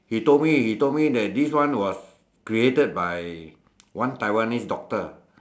he told me he told me that this one was created by one Taiwanese doctor